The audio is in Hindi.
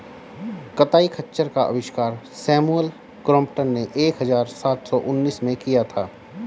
कताई खच्चर का आविष्कार सैमुअल क्रॉम्पटन ने एक हज़ार सात सौ उनासी में किया था